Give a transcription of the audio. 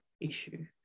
issue